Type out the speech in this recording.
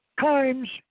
times